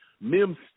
Mims